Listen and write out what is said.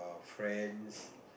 friends